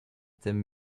them